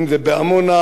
אם בעופרה,